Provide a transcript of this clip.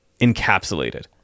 encapsulated